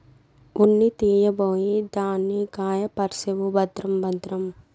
ఉన్ని తీయబోయి దాన్ని గాయపర్సేవు భద్రం భద్రం